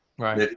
right.